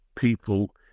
people